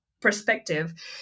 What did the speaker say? perspective